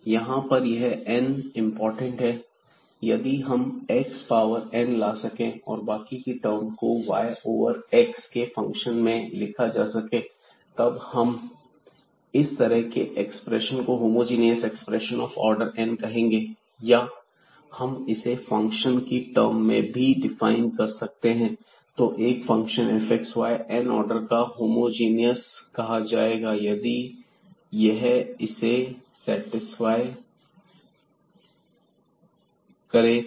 यहां पर यह n इंपॉर्टेंट है यदि हम x पावर n ला सकें और बाकी की टर्म को y ओवर x के फंक्शन में लिखा जा सके तब हम इस तरह के एक्सप्रेशन को homogeneous expression of order n कहेंगे या हम इसे फंक्शन की टर्म में भी हम डिफाइन कर सकते हैं तो एक फंक्शन fxy n आर्डर का होमोजीनियस कहा जाएगा यदि यह इसे सेटिस्फाई करें तो